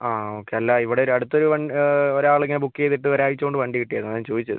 ആ ഓക്കെ അല്ല ഇവിടെ ഒരു അടുത്ത് ഒരു വണ്ടി ഒരാൾ ഇങ്ങനെ ബുക്ക് ചെയ്തിട്ട് ഒരാഴ്ച്ച കൊണ്ട് വണ്ടി കിട്ടി അതാണ് ഞാൻ ചോദിച്ചത്